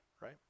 right